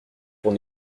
pour